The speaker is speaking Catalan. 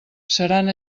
seran